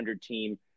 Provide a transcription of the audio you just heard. team